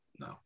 no